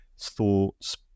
thoughts